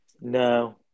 No